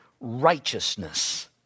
righteousness